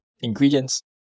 ingredients